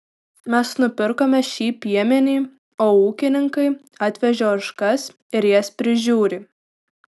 mes nupirkome šį piemenį o ūkininkai atvežė ožkas ir jas prižiūri